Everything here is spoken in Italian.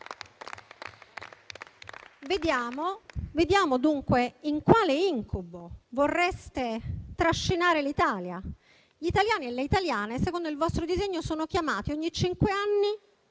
Vediamo, dunque, in quale incubo vorreste trascinare l'Italia. Gli italiani e le italiane, secondo il vostro disegno, sono chiamati ogni cinque anni